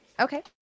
Okay